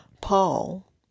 Paul